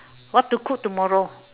what to cook tomorrow